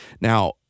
Now